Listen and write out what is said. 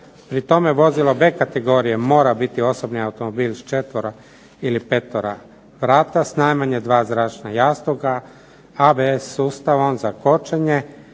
Pri tome vozilo B kategorije mora biti osobni automobil s 4 ili 5 vrata s najmanje 2 zračna jastuka, ABS sustavom za kočenje